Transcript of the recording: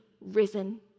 risen